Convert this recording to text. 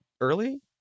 early